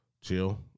Chill